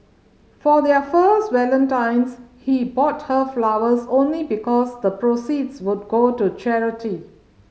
for their first Valentine's he bought her flowers only because the proceeds would go to charity